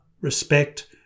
respect